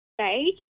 stage